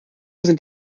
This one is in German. sind